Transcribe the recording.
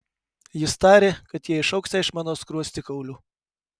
jis tarė kad jie išaugsią iš mano skruostikaulių